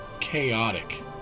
chaotic